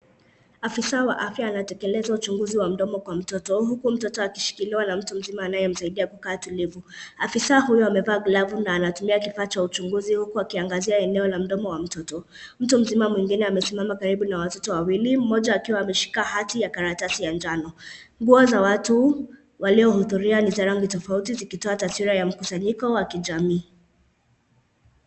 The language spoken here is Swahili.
Afisa wa afya anatekeleza uchunguzi wa mdomo kwa mtoto, huku mtoto akishikiliwa na mtu mzima anayemsaidia kukaa tulivu. Afisa huyo amevaa glovu na anatumia kifaa cha uchunguzi huku akiangazia eneo la mdomo wa mtoto. Mtu mzima mwingine amesimama karibu na watoto wawili, mmoja wao akiwa ameshika hati ya karatasi ya njano. Nguo za watu waliohudhulia ni za rangi tofauti, zikitoa taswira ya mkusanyiko wa kijamii.